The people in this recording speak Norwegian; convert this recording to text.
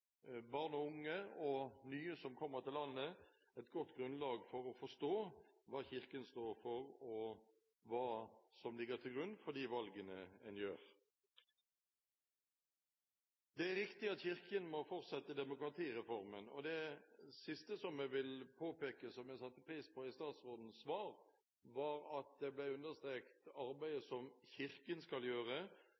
barn og unge og nye som kommer til landet, et godt grunnlag for å forstå hva Kirken står for, og hva som ligger til grunn for de valgene en tar. Det er riktig at Kirken må fortsette demokratireformen, og det siste som jeg vil påpeke, og som jeg satte pris på i statsrådens svar, var at hun understreket det arbeidet